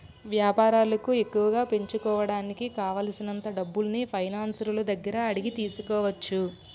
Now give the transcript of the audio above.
వేపారాలను ఎక్కువగా పెంచుకోడానికి కావాలిసినంత డబ్బుల్ని ఫైనాన్సర్ల దగ్గర అడిగి తీసుకోవచ్చు